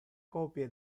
copie